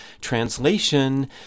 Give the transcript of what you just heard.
Translation